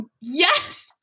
Yes